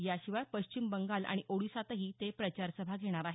याशिवाय पश्चिम बंगाल आणि ओडिसातही ते प्रचार सभा घेणार आहेत